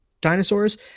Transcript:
dinosaurs